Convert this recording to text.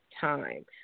time